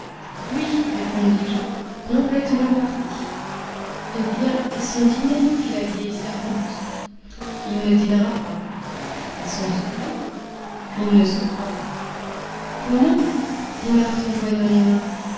oui répondis-je complètement parti eh bien et son dîner fit la vieille servante il ne dînera pas et son souper il ne soupera pas comment dit marthe en joignant les mains